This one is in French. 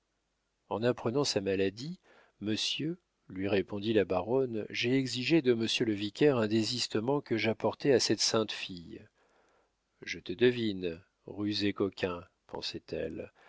en apprenant sa maladie monsieur lui répondit la baronne j'ai exigé de monsieur le vicaire un désistement que j'apportais à cette sainte fille je te devine rusé coquin